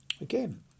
Again